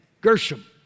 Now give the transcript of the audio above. Gershom